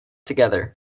together